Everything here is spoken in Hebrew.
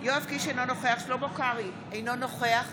יואב קיש, אינו נוכח שלמה קרעי, אינו נוכח